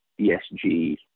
ESG